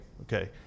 Okay